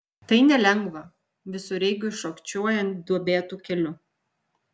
tai nelengva visureigiui šokčiojant duobėtu keliu